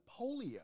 polio